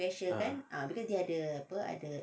ah